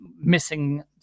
missing